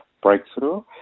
breakthrough